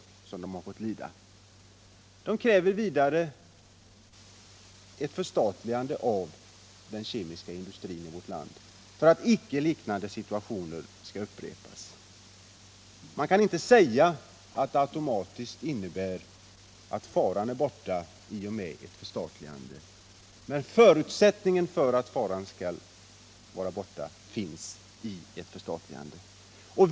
Befolkningen i Teckomatorp kräver vidare ett förstatligande av den kemiska industrin i vårt land, så att liknande situationer icke skall upprepas. Man kan visserligen inte säga att ett förstatligande automatiskt innebär att faran för ett upprepande är undanröjd, men man kan på så sätt skapa förutsättningar för det.